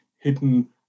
hidden